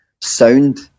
sound